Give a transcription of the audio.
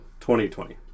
2020